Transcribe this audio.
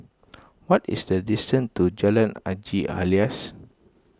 what is the distance to Jalan Haji Alias